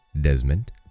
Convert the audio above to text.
Desmond